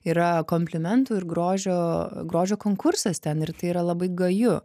yra komplimentų ir grožio grožio konkursas ten ir tai yra labai gaju